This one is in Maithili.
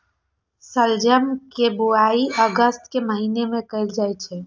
शलजम के बुआइ अगस्त के महीना मे कैल जाइ छै